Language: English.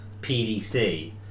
PDC